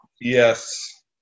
Yes